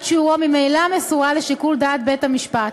שיעורו ממילא מסורה לשיקול דעת בית-המשפט.